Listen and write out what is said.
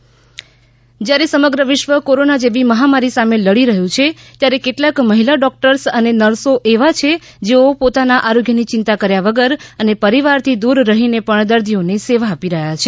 મહિલા દિવસ જ્યારે સમગ્ર વિશ્વ કોરોના જેવી મહામારી સામે લડી રહ્યું છે કેટલાક મહિલા ડોક્ટર્સ અને નર્સીસ એવા છે જેઓ પોતાના આરોગ્યની ચિંતા કર્યા વગર અને પરિવારથી દૂર રહીને પણ દર્દીઓને સેવા આપી રહ્યા છે